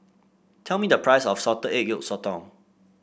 tell me the price of Salted Egg Yolk Sotong